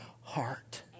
heart